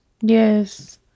Yes